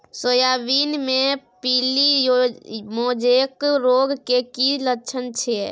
Soybean मे पीली mosaic रोग के की लक्षण छीये?